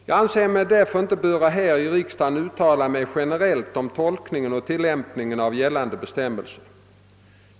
Jag anser mig därför inte böra här i riksdagen uttala mig generellt om tolkningen och tillämpningen av gällande bestämmelser.